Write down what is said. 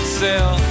sell